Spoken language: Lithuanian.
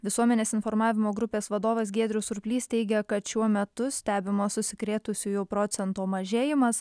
visuomenės informavimo grupės vadovas giedrius surplys teigia kad šiuo metu stebimas užsikrėtusiųjų procento mažėjimas